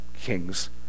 kings